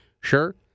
sure